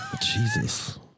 Jesus